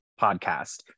podcast